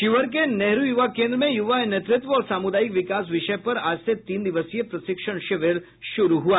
शिवहर के नेहरू युवा केंद्र में युवा नेतृत्व और सामुदायिक विकास विषय पर आज से तीन दिवसीय प्रशिक्षण शिविर शुरू हुआ